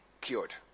cured